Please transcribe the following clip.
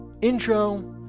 intro